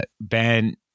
Ben